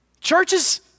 Churches